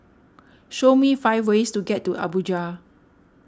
show me five ways to get to Abuja